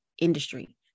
industry